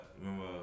remember